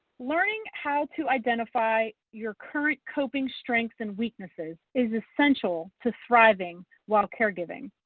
learning how to identify your current coping strengths and weaknesses is essential to thriving while caregiving.